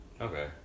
Okay